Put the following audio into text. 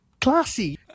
classy